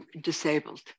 disabled